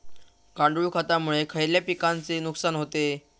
गांडूळ खतामुळे खयल्या पिकांचे नुकसान होते?